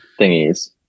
Thingies